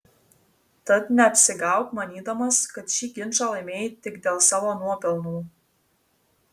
tad neapsigauk manydamas kad šį ginčą laimėjai tik dėl savo nuopelnų